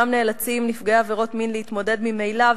נאלצים נפגעי עבירות מין להתמודד ממילא,